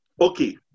Okay